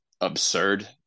absurd